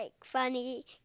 funny